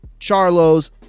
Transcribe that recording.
Charlos